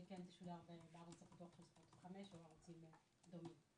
כן תשודר בערוץ הפתוח בערוצים חמש ובערוצים דומים.